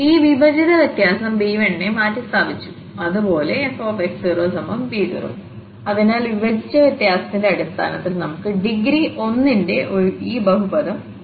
ഈ വിഭജിത വ്യത്യാസംb1 നെ മാറ്റിസ്ഥാപിച്ചു അതുപോലെ fx0b0 അതിനാൽ വിഭജിച്ച വ്യത്യാസത്തിന്റെ അടിസ്ഥാനത്തിൽ നമുക്ക് ഡിഗ്രി 1 ന്റെ ഈ ബഹുപദം ലഭിച്ചു